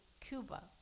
Cuba